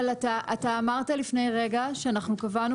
אבל אתה אמרת לפני רגע שאנחנו קבענו